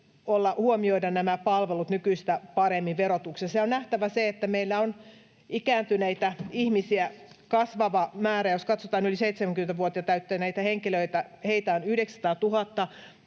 huomioida nämä palvelut nykyistä paremmin verotuksessa. On nähtävä se, että meillä on ikääntyneitä ihmisiä kasvava määrä. Jos katsotaan yli 70 vuotta täyttäneitä henkilöitä, heitä on 900 000,